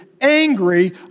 angry